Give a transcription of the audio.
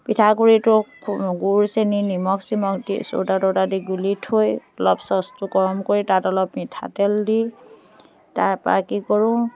পিঠাগুড়িটো গুৰ চেনি নিমখ চিমখ দি চ'ডা ত'ডা দি গুলি থৈ অলপ চচটো গৰম কৰি তাত অলপ মিঠাতেল দি তাৰ পৰা কি কৰোঁ